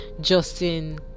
Justin